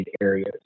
areas